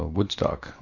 Woodstock